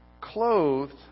clothed